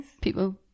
people